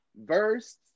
verse